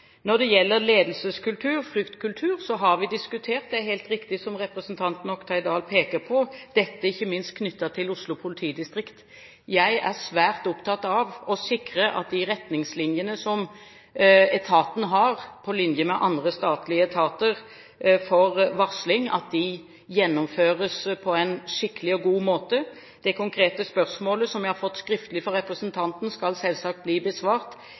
Når det gjelder ledelseskultur og fryktkultur, har vi diskutert det. Det er helt riktig som representanten Oktay Dahl peker på, at dette ikke minst er knyttet til Oslo politidistrikt. Jeg er svært opptatt av å sikre at de retningslinjene som etaten har for varsling, på linje med andre statlige etater, gjennomføres på en skikkelig og god måte. Det konkrete spørsmålet som jeg har fått skriftlig fra representanten, skal selvsagt bli besvart.